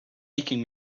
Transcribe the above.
making